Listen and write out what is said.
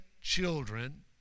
children